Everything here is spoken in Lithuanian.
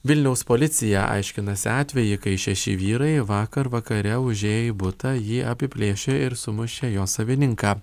vilniaus policija aiškinasi atvejį kai šeši vyrai vakar vakare užėję į butą jį apiplėšė ir sumušė jo savininką